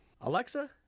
Alexa